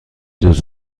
روز